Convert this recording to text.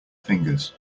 fingers